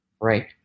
right